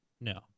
no